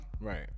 Right